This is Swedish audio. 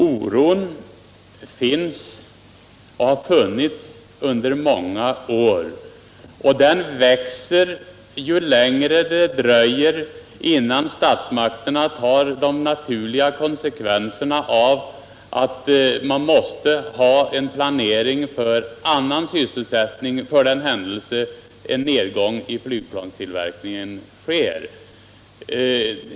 Oron som jag talade om finns och har funnits under många år, och den växer ju längre det dröjer innan statsmakterna tar de naturliga konsekvenserna av att man måste ha en planering för annan sysselsättning för den händelse det sker en nedgång i flygplanstillverkningen.